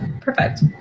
perfect